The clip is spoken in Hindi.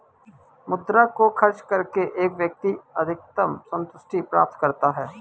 मुद्रा को खर्च करके एक व्यक्ति अधिकतम सन्तुष्टि प्राप्त करता है